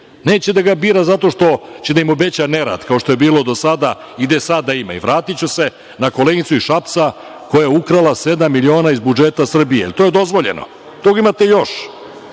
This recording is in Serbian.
Neće da ga bira zato što će da im obeća nerad, kao što je bilo do sada i gde sada ima. Vratiću se na koleginicu iz Šapca koja je ukrala sedam miliona iz budžeta Srbije, jel to dozvoljeno? Toga imate još